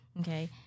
Okay